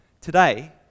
today